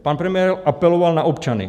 Pan premiér apeloval na občany.